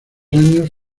años